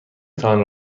تان